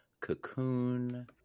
Cocoon